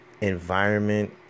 environment